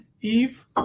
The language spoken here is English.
Eve